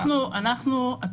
את